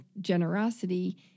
generosity